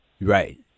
Right